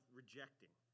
rejecting